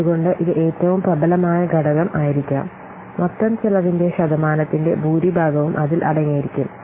അതുകൊണ്ട് ഇത് ഏറ്റവും പ്രബലമായ ഘടകം ആയിരിക്കാം മൊത്തം ചെലവിന്റെ ശതമാനത്തിന്റെ ഭൂരിഭാഗവും അതിൽ അടങ്ങിയിരിക്കും